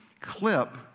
clip